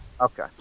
Okay